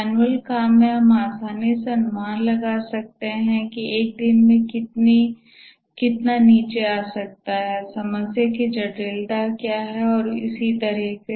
manual काम में हम आसानी से अनुमान लगा सकते हैं एक दिन में कितना नीचे आ सकता है समस्या की जटिलता क्या है और इसी तरह